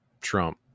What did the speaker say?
trump